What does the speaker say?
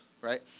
right